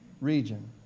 region